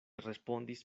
respondis